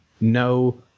no